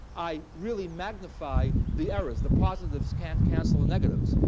i really magnify the errors. the positives can't cancel the negatives.